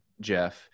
jeff